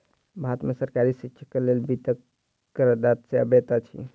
भारत में सरकारी शिक्षाक लेल वित्त करदाता से अबैत अछि